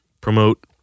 promote